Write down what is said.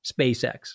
SpaceX